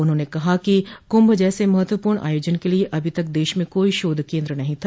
उन्होंने कहा कि कुंभ जैसे महत्वपूर्ण आयोजन के लिये अभी तक देश में कोई शोध केन्द्र नहीं था